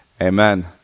Amen